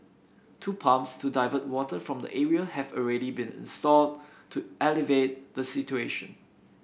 two pumps to divert water from the area have already been installed to alleviate the situation